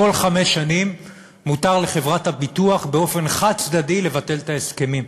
כל חמש שנים מותר לחברת הביטוח באופן חד-צדדי לבטל את ההסכמים.